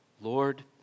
Lord